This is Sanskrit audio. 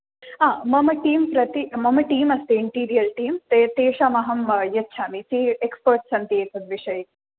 हा मम टीम् प्रति मम टीम् अस्ति इण्टीरियर् टीम् तेषां अहं यच्छामि ते एक्स्पर्ट् सन्ति एतत् विषये